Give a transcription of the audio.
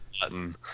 button